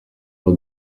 aho